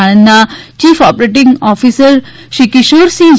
આણંદના chief operating officer Shri Kishorsinh M